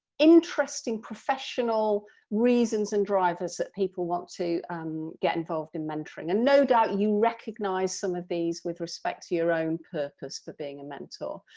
interesting professional reasons and drivers that people want to um get involved in mentoring and no doubt you recognise some of these with respect to your own purpose for being a mentor,